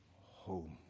home